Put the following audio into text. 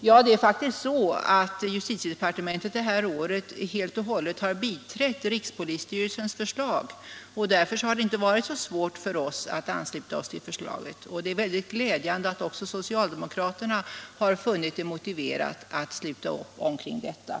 Ja, det är faktiskt så att justitiedepartementet det här året helt och hållet har biträtt rikspolisstyrelsens förslag, och det har därför inte varit svårt för oss att ansluta oss till det förslaget. Det är glädjande att också socialdemokraterna har funnit det motiverat att sluta upp omkring detta.